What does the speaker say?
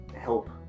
help